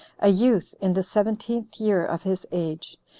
a youth in the seventeenth year of his age,